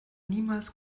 niemals